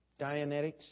Dianetics